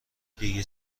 دیگه